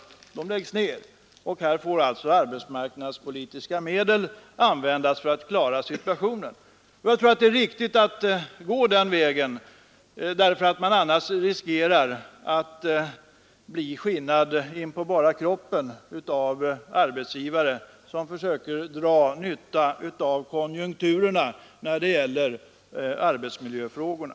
Dessa företag läggs ned, och här får arbetsmarknadspolitiska medel användas för att klara situationen. Jag tror att det är riktigt att gå den vägen därför att man annars riskerar att bli skinnad in på bara kroppen av arbetsgivare som försöker dra nytta av konjunkturerna när det gäller arbetsmiljöfrågorna.